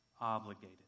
obligated